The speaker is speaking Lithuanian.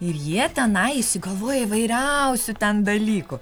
ir jie tenai išsigalvoja įvairiausių ten dalykų